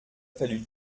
fallu